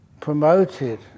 promoted